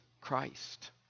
Christ